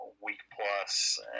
week-plus